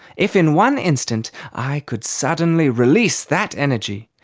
if in one instant i could suddenly release that energy,